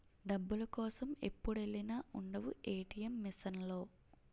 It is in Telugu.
డబ్బుల కోసం ఎప్పుడెల్లినా ఉండవు ఏ.టి.ఎం మిసన్ లో